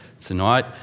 tonight